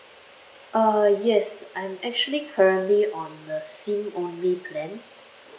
uh yes I'm actually currently on the SIM only plan